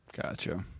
Gotcha